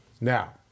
Now